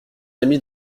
amis